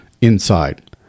inside